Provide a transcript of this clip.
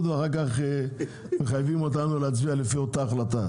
ואחר כך מחייבים אותנו להצביע לפי אותה החלטה.